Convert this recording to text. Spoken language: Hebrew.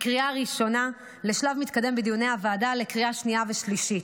מקריאה ראשונה לשלב מתקדם בדיוני הוועדה לקריאה שנייה ושלישית.